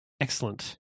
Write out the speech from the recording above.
Excellent